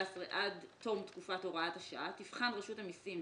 עד תום תקופת הוראת השעה תבחן רשות המסים